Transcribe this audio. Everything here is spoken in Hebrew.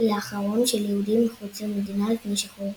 לאחרון של יהודים מחוץ למדינה לפני שחרור בלגיה.